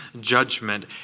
judgment